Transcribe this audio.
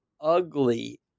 ugly